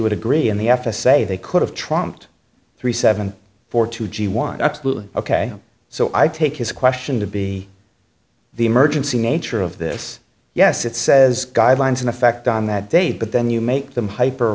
would agree in the f s a they could have trumped three seven four two g one absolutely ok so i take his question to be the emergency nature of this yes it says guidelines in effect on that day but then you make them hyper